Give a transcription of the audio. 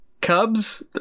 Cubs